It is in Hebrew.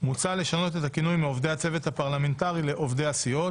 מוצע לשנות את הכינוי מ"עובדי הצוות הפרלמנטרי" ל"עובדי הסיעות",